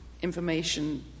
Information